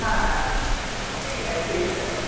हा ठीकु आहे ठीकु आहे